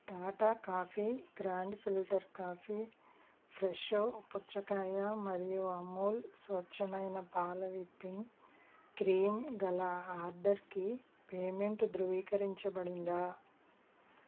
Tata coffee grand filter coffee Fresho పుచ్చకాయ మరియు అమూల్ స్వచ్చమైన పాల విప్పింగ్ క్రీమ్ గల ఆర్డర్కి పేమెంటు దృవీకరించబడిందా